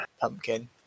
pumpkin